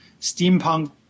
steampunk